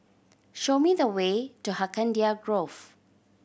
show me the way to Hacienda Grove